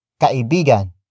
Kaibigan